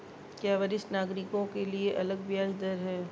क्या वरिष्ठ नागरिकों के लिए अलग ब्याज दर है?